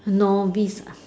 novice ah